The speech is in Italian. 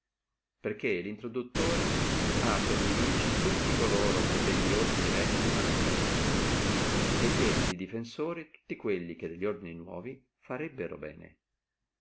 perché lo introduttore ha per nimici tutti quelli che delli ordini vecchi fanno bene et ha tepidi defensori tutti quelli che delli ordini nuovi farebbono bene